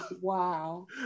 wow